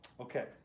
Okay